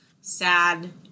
sad